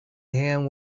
hand